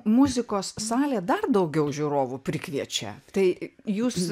muzikos salė dar daugiau žiūrovų prikviečia tai jūs